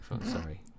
sorry